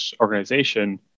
organization